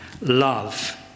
love